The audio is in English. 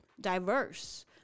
diverse